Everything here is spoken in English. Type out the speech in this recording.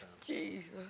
Jesus